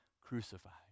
crucified